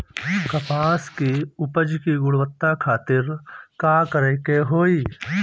कपास के उपज की गुणवत्ता खातिर का करेके होई?